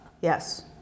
Yes